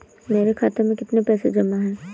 मेरे खाता में कितनी पैसे जमा हैं?